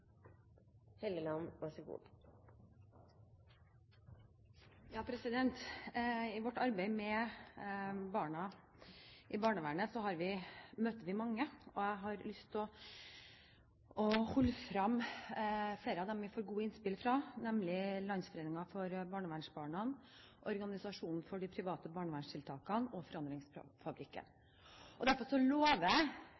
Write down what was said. Helleland har også hatt ordet to ganger og får ordet til en kort merknad, begrenset til 1 minutt. I vårt arbeid med barna i barnevernet møter vi mange. Jeg har lyst til å holde frem flere av dem vi får gode innspill fra, nemlig Landsforeningen for barnevernsbarn, Organisasjonen for private barnevernstiltak og Forandringsfabrikken.